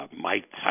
Mike